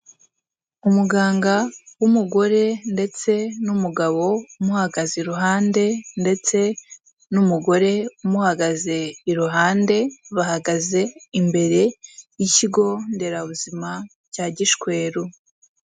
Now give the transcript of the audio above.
Umuganga w'umugore ndetse n'umugabo umuhagaze iruhande ndetse n'umugore umuhagaze iruhande, bahagaze imbere y'ikigo nderabuzima cya Gishweru.